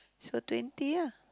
so twenty ah